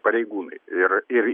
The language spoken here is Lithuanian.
pareigūnai ir ir